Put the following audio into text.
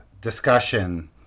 discussion